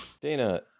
Dana